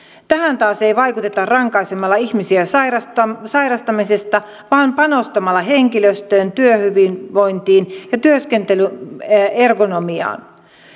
tähän taas ei vaikuteta rankaisemalla ihmisiä sairastamisesta sairastamisesta vaan panostamalla henkilöstöön työhyvinvointiin ja työskentelyergonomiaan